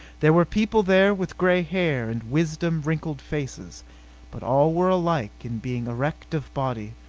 there were people there with gray hair and wisdom wrinkled faces but all were alike in being erect of body,